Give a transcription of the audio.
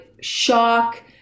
shock